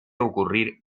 ocurrir